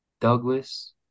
Douglas